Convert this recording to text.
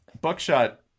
Buckshot